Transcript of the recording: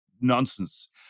nonsense